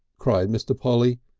cried mr. polly,